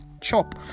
chop